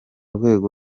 rwego